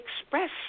express